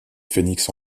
phoenix